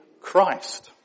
Christ